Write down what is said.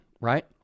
right